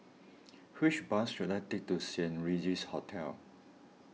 which bus should I take to Saint Regis Hotel